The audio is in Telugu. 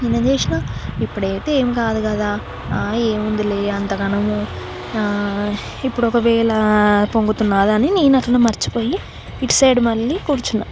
నేనేం చేసినా ఇప్పుడైతే ఏమి కాదు కదా ఆ ఏముంది అంతగనము ఇప్పుడు ఒకవేళ పొంగుతున్నది అని నేను అట్లా మర్చిపోయి ఇటు సైడు మళ్ళీ కూర్చున్న